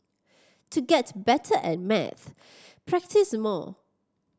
to get better at maths practise more